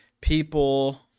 people